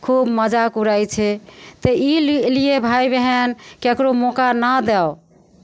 खूब मजाक उड़ाइ छै तऽ ई लि लिए भाय बहिन ककरो मौका नहि दउ